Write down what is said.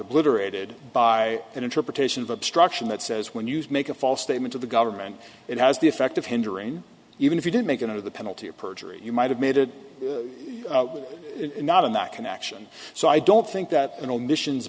obliterated by an interpretation of obstruction that says when used make a false statement to the government it has the effect of hindering even if you didn't make it out of the penalty of perjury you might have made it not in that connection so i don't think that you know missions